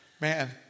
Man